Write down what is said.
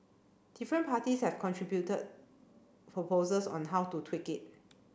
different parties have contributed proposals on how to tweak it